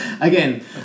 Again